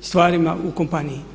stvarima u kompaniji.